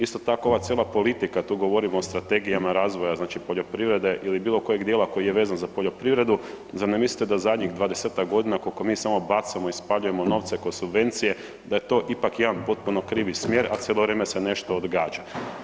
Isto tako, ova cijela politika, tu govorimo o strategijama razvoja, znači poljoprivrede ili bilo kojeg dijela koji je vezan za poljoprivredu, zar ne mislite da zadnjih 20-tak godina, koliko mi samo bacamo i spaljujemo novce kroz subvencije, da je to ipak jedan potpuno krivi smjer, a cijelo vrijeme se nešto odgađa.